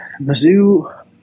Mizzou